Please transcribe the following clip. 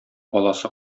баласы